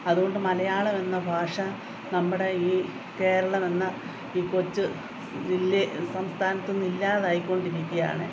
അതുകൊണ്ട് മലയാളമെന്ന ഭാഷ നമ്മുടെ ഈ കേരളമെന്ന ഈ കൊച്ചു ജില്ല സംസ്ഥാനത്തിൽ നിന്ന് ഇല്ലാതായിക്കൊണ്ടിരിക്കുകയാണ്